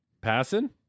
Passing